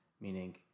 meaning